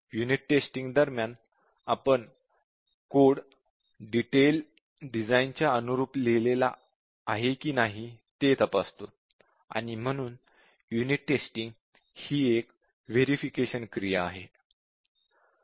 unit testing दरम्यान आपण code detail डिझाइनच्या अनुरूप लिहिला आहे की नाही हे तपासतो आणि म्हणून युनिट टेस्टिंग ही एक व्हेरिफिकेशन क्रिया आहे